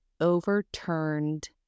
overturned